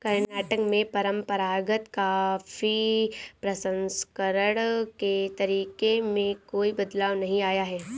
कर्नाटक में परंपरागत कॉफी प्रसंस्करण के तरीके में कोई बदलाव नहीं आया है